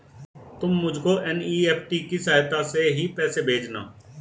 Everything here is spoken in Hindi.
तुम मुझको एन.ई.एफ.टी की सहायता से ही पैसे भेजना